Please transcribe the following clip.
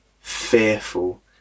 fearful